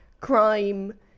crime